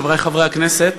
חברי חברי הכנסת,